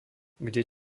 kde